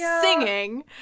singing